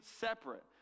separate